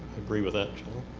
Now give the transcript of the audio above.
agree with that.